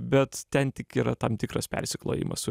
bet ten tik yra tam tikras persiklojimas su